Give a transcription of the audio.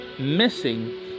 missing